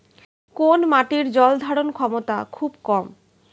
কোন মাটির জল ধারণ ক্ষমতা খুব কম?